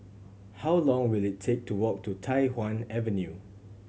how long will it take to walk to Tai Hwan Avenue